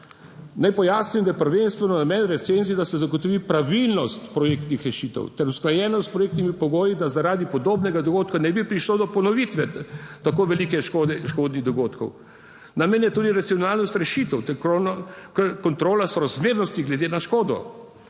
naj pojasnim, da je prvenstveno namen recenzij, da se zagotovi pravilnost projektnih rešitev ter usklajenost s projektnimi pogoji, da zaradi podobnega dogodka ne bi prišlo do ponovitve tako velikih škodnih dogodkov. Namen je tudi racionalnost rešitev ter kontrola sorazmernosti glede na škodo.